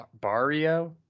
barrio